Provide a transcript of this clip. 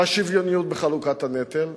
בשוויוניות ובחלוקת הנטל,